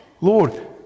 Lord